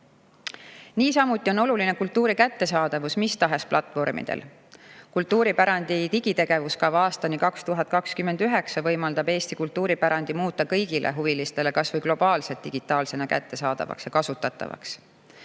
roll. Niisamuti on oluline kultuuri kättesaadavus mis tahes platvormidel. Kultuuripärandi digitegevuskava aastani 2029 võimaldab Eesti kultuuripärandi muuta kõigile huvilistele kas või globaalselt digitaalsena kättesaadavaks ja kasutatavaks.